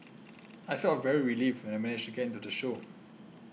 I felt very relieved when I managed to get into the show